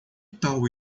tal